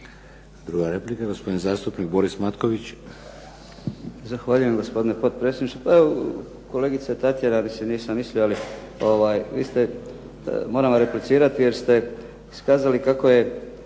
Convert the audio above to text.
Druga replika gospodin zastupnik Boris Matković.